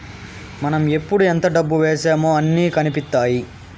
మనం ఎప్పుడు ఎంత డబ్బు వేశామో అన్ని కనిపిత్తాయి